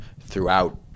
throughout